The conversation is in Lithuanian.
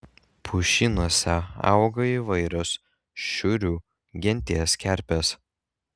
pušynuose auga įvairios šiurių genties kerpės